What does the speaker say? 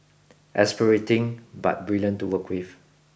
exasperating but brilliant to work with